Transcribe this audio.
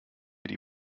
mir